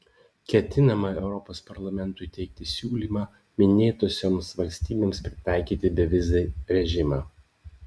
ketinama europos parlamentui teikti siūlymą minėtosioms valstybėms pritaikyti bevizį režimą